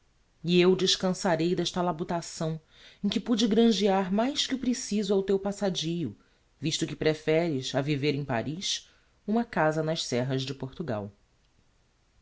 e eu descançarei d'esta labutação em que pude grangear mais que o preciso ao teu passadío visto que preferes a viver em paris uma casa nas serras de portugal